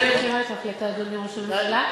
אני מכירה את ההחלטה, אדוני ראש הממשלה.